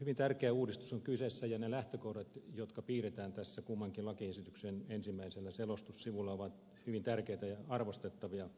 hyvin tärkeä uudistus on kyseessä ja ne lähtökohdat jotka piirretään tässä kummankin lakiesityksen ensimmäisellä selostussivulla ovat hyvin tärkeitä ja arvostettavia